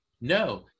No